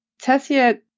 Tessia